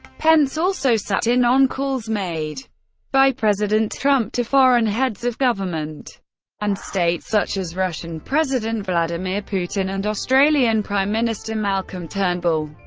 pence also sat in on calls made by president trump to foreign heads of government and state such as russian president vladimir putin and australian prime minister malcolm turnbull.